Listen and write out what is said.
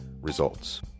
Results